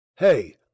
Hey